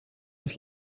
das